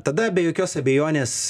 tada be jokios abejonės